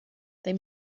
they